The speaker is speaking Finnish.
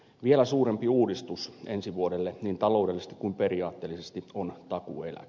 vielä suurempi uudistus ensi vuodelle niin taloudellisesti kuin periaatteellisesti on takuueläke